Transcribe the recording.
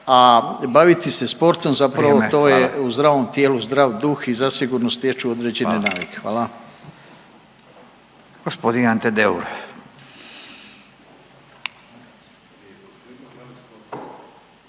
Hvala./… … zapravo to je u zdravom tijelu zdrav duh i zasigurno stječu određene navike. Hvala.